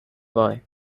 boy